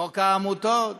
חוק העמותות,